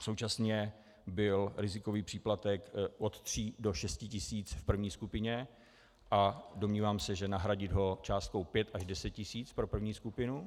Současně byl rizikový příplatek od 3 do 6 tisíc v první skupině a domnívám se, že nahradit ho částkou 5 až 10 tisíc pro první skupinu.